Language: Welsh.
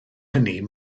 hynny